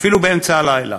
אפילו באמצע הלילה.